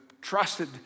trusted